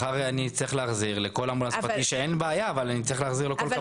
מחר אני אצטרך להחזיר ואין בעיה אבל אני צריך להחזיר על כל קבלה.